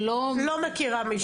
לא מכירה.